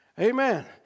Amen